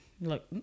look